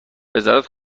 وزارت